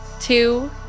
two